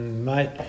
mate